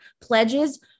Pledges